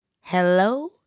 Hello